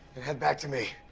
and head back to me.